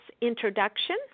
introduction